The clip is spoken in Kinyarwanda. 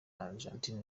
argentine